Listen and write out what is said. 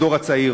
הדור הצעיר: